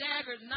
staggered